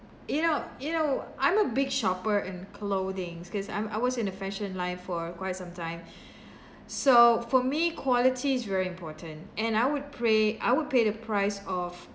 you know you know I'm a big shopper in clothings cause I'm I was in the fashion line for quite some time so for me quality is very important and I would pray I would pay the price of